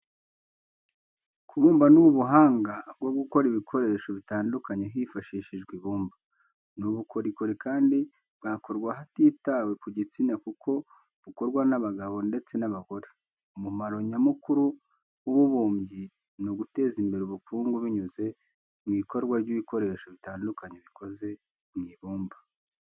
Kubumba ni ubuhanga bwo gukora ibikoresho bitandukanye hifashishijwe ibumba. Ni ubukorikori kandi bwakorwa hatitawe ku gitsina kuko bukorwa n'abagabo ndetse n'abagore. Umumaro nyamukuru w'ububumbyi ni uguteza imbere ubukungu binyuze mu ikorwa ry'ibikoresho bitandukanye bikoze mu ibumba.